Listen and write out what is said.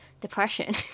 depression